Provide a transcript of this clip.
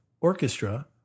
orchestra